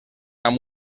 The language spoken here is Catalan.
amb